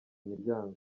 imiryango